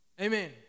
Amen